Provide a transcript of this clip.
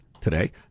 today